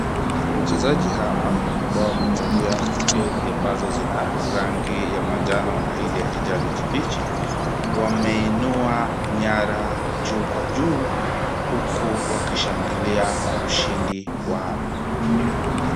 Wachezaji hawa ambao wamevalia jezi ambazo zina rangi ya manjano na ile ya kijani kibichi wameinua nyara juu kwa juu huku wakishangilia ushindi wao.